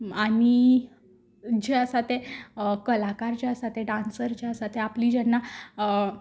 आनी जे आसा ते आनी कलाकार जे आसा ते डान्सर जे आसा ते आपली जेन्ना करपाक